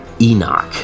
enoch